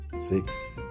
six